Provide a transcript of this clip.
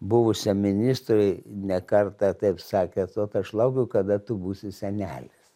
buvusiam ministrui ne kartą taip sakęs ot aš laukiu kada tu būsi senelis